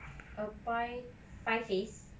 a pie pie face